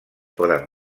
poden